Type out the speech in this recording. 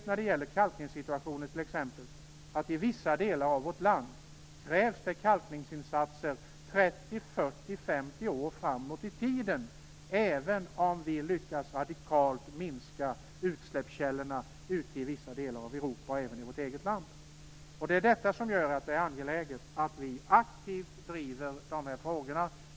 När det gäller kalkningssituationen, vet vi t.ex. att det i vissa delar av vårt land krävs kalkningsinsatser 30, 40, 50 år framåt i tiden även om vi radikalt lyckas minska utsläppskällorna i vissa delar av Europa - och även i vårt eget land. Det är därför angeläget att vi aktivt driver de här frågorna.